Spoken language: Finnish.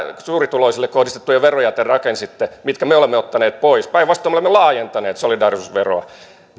suurituloisille kohdistettuja veroja te rakensitte mitkä me olemme ottaneet pois päinvastoin me olemme laajentaneet solidaarisuusveroa